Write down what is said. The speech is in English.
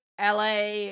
LA